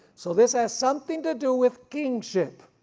so this has something to do with kingship.